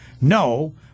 No